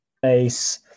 face